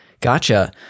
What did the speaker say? gotcha